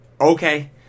Okay